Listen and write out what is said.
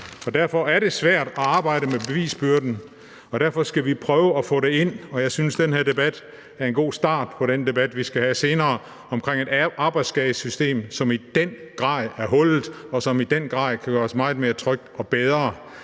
Derfor er det svært at arbejde med bevisbyrden, og derfor skal vi prøve at få det ind. Jeg synes, at den her debat er en god start på den debat, vi skal have senere, om et arbejdsskadesystem, som i den grad er hullet, og som i den grad kan gøres meget mere trygt og bedre